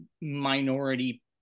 minority